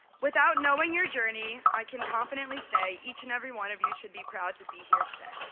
without knowing your journey, i can confidently say each and every one of you should be proud to be here today.